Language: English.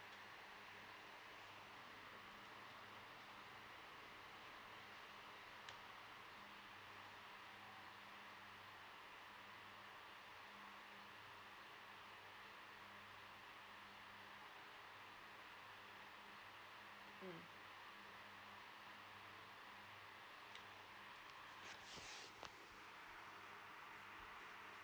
mm